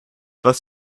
was